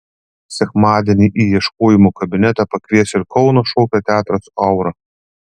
sekmadienį į ieškojimų kabinetą pakvies ir kauno šokio teatras aura